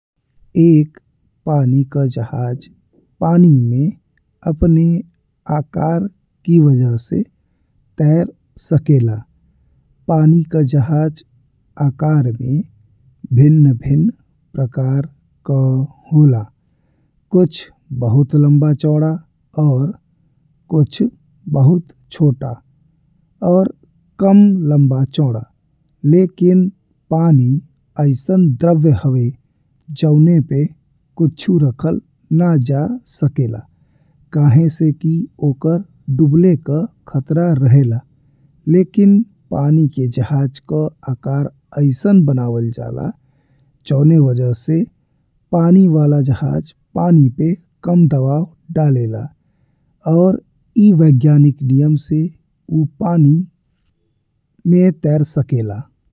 एक पानी का जहाज पानी में अपने आकार की वजह से तैर सकेला। पानी का जहाज आकार में भिन्न भिन्न प्रकार का होला कुछ बहुत लम्बा चौड़ा और कुछ बहुत छोटा और कम लम्बा चौड़ा। लेकिन पानी अइसन द्रव्य हवे जौन पे कुछु रखल ना जा सकेला कहे से की ओकर डूबले का ख़तरा रहेला लेकिन पानी के जहाज का आकार अइसन बनावल जाला। जौन वजह से पानी वाला जहाज पानी पे कम दबाव डाले ला और ए वैज्ञानिक नियम से ऊ पानी में तैर सकेला।